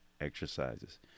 exercises